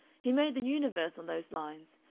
he made the universe on those lines.